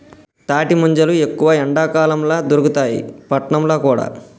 తాటి ముంజలు ఎక్కువ ఎండాకాలం ల దొరుకుతాయి పట్నంల కూడా